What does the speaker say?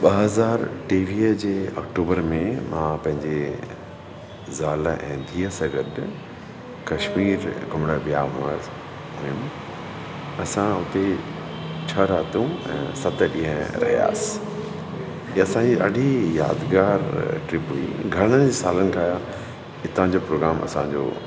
ॿ हज़ार टेवीह जे अक्टूबर में मां पंहिंजे ज़ाल ऐं धीअ सां गॾु कशमीर घुमण विया हुआसीं हुयुमि असां हुते छह रातूं ऐं सत ॾींहं रहियासीं इहा असांजी ॾाढी यादिगारु ट्रिप हुई घणनि सालनि खां हितां जो प्रोग्राम असांजो